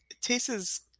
tastes